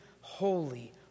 holy